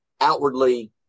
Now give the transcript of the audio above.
outwardly